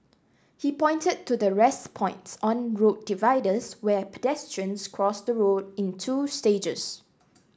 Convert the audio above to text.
he pointed to the 'rest points' on road dividers where pedestrians cross the road in two stages